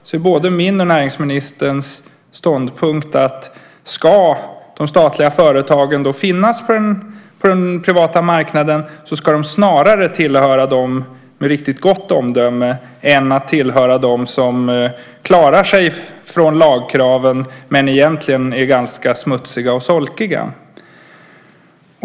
Det är både min och näringsministerns ståndpunkt att om de statliga företagen ska finnas på den privata marknaden ska de snarare tillhöra dem med riktigt gott omdöme än att tillhöra dem som klarar sig från lagkraven men egentligen är ganska smutsiga och solkiga.